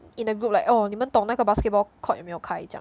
in a group like oh 你们懂那个 basketball court 有没有开这样